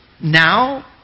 Now